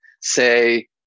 say